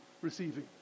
receiving